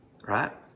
Right